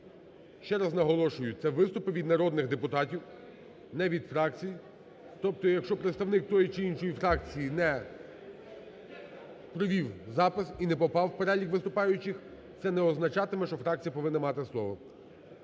Ще раз наголошую, це виступи від народних депутатів, не від фракцій. Тобто, якщо представник тієї чи іншої фракції не провів запис і не попав в перелік виступаючих, це не означатиме, що фракція повинна мати слово.